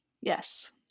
Yes